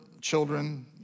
children